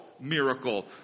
Miracle